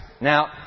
Now